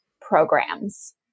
programs